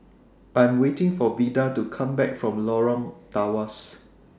I'm waiting For Vida to Come Back from Lorong Tawas